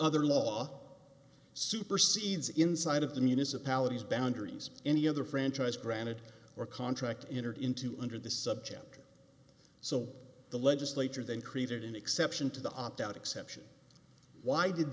other law supersedes inside of the municipalities boundaries any other franchise granted or contract entered into under the subject so the legislature then created an exception to the opt out exception why did